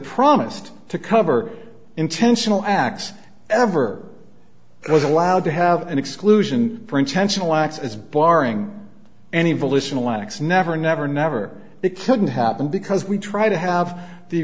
promised to cover intentional acts ever was allowed to have an exclusion for intentional acts is barring any evolution atlantics never never never it couldn't happen because we try to have the